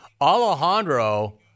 Alejandro